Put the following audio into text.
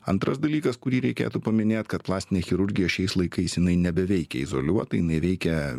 antras dalykas kurį reikėtų paminėt kad plastinė chirurgija šiais laikais jinai nebeveikia izoliuotai jinai veikia